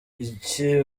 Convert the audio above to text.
iki